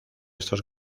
estos